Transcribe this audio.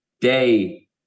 Day